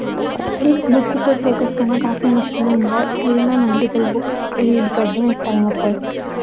इक बुक उप्पर फोकस करना काफी मुश्किल होई जंदा इस लेई में मल्टीपल बुक्स रीड करदी आं इक टाइम उप्पर